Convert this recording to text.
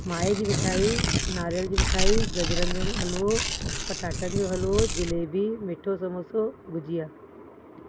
माए जी मिठाई नारियल जी मिठाई गजरनि जो हलवो पटाटनि जो हलवो जिलेबी मिठो संबोसो गुजिया